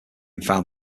found